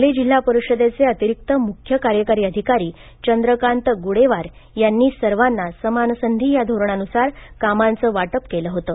सांगली जिल्हा परिषदेचे अतिरिक्त मुख्य कार्यकारी अधिकारी चंद्रकांत ग्डेवार यांनी सर्वांना समानसंधी या धोरणान्सार कामांचं वाटप केलं होतं